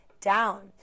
down